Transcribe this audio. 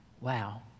Wow